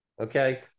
okay